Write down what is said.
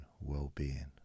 well-being